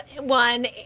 one